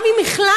גם אם החלטת,